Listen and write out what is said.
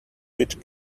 which